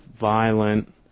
violent